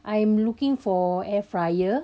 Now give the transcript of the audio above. I am looking for air fryer